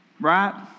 right